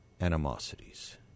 animosities